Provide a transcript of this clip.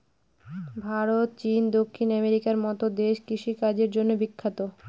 ভারত, চীন, দক্ষিণ আমেরিকার মতো দেশ কৃষিকাজের জন্য বিখ্যাত